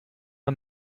and